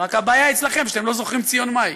רק הבעיה אצלכם שאתם לא זוכרים ציון מהי.